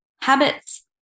habits